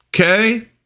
Okay